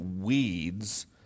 weeds